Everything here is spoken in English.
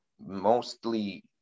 mostly